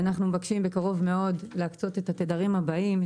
אנחנו מבקשים בקרוב מאוד להקצות את התדרים הבאים,